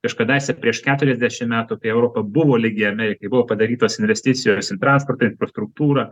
kažkadaise prieš keturiasdešim metų kai europa buvo lygi amerikai buvo padarytos investicijos į transporto infrastruktūrą